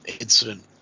incident